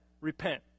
repent